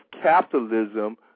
capitalism